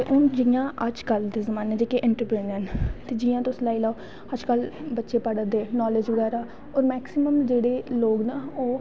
ते हून जियां अज्ज कल दे जमाने च जेह्ड़े इन्ट्रप्रेनयोर न ते जियां तुस लाई लैओ बच्चे पढ़ा दे नालेज़ बगैरा एह् मैकसिमम जेह्ड़े लोग न ओह्